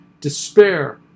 despair